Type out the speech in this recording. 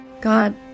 God